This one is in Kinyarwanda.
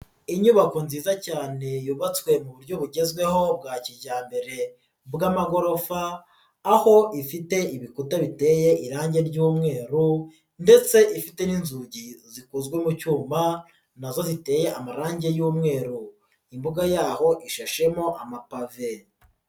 Inyubako nziza cyane yubatswe mu buryo bugezweho bwa kijyambere bw'amagorofa aho ifite ibikuta biteye irangi ry'umweru ndetse ifite n'inzugi zikozwe mu cyuma na zo ziteye amarangi y'umweru, imbuga yaho ishashemo amapave.